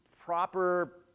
proper